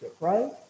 right